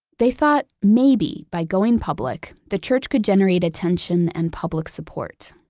they thought maybe by going public, the church could generate attention and public support.